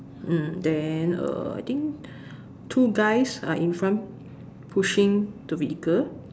mm then uh I think two guys are in front pushing the vehicle